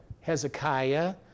Hezekiah